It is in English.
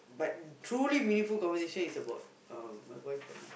but truly meaningful conversation is about uh my boyfriend ah